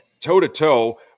toe-to-toe